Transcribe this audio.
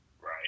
Right